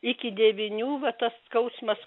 iki devynių va tas skausmas